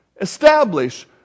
establish